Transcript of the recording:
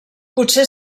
potser